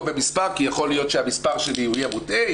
במספר כי יכול להיות שהמספר שלי יהיה מוטעה,